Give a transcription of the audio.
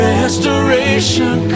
Restoration